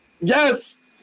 Yes